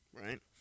Right